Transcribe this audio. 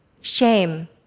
shame